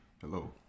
Hello